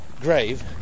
grave